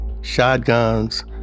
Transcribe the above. shotguns